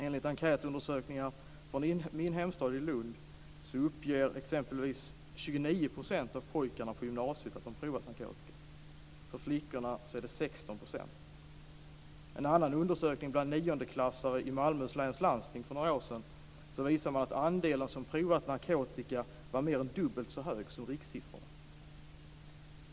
Enligt enkätundersökningar från min hemstad Lund uppger t.ex. 29 % av pojkarna på gymnasiet att de provat narkotika. För flickorna är siffran 16 %. En annan undersökning bland niondeklassare i Malmöhus läns landsting för några år sedan visade att andelen som provat narkotika var mer än dubbelt så hög som rikssiffrorna.